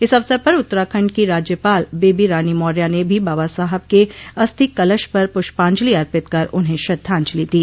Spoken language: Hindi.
इस अवसर पर उत्तराखंड की राज्यपाल बेबी रानी मौर्या ने भी बाबा साहब के अस्थि कलश पर पुष्पांजलि अर्पित कर उन्हें श्रद्वाजलि दी